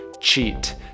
cheat